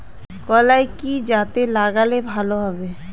কলাই কি জাতে লাগালে ভালো হবে?